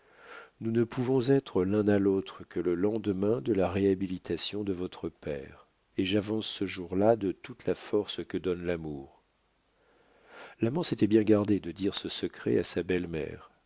nous ne pouvons être l'un à l'autre que le lendemain de la réhabilitation de votre père et j'avance ce jour-là de toute la force que donne l'amour l'amant s'était bien gardé de dire ce secret à sa belle-mère